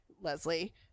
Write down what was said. Leslie